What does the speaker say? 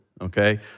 Okay